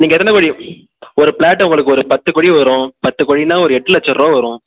நீங்கள் இருந்த குழி ஒரு ப்ளாட் உங்களுக்கு ஒரு பத்து குழி வரும் பத்து குழினா ஒரு எட்டு லட்சருவா வரும்